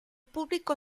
público